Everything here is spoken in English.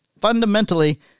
fundamentally